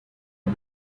now